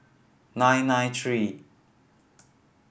nine nine three